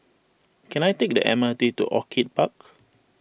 can I take the M R T to Orchid Park